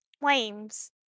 flames